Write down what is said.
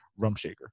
Rumshaker